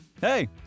Hey